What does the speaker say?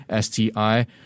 STI